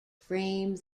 frame